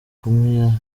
kumwe